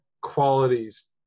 qualities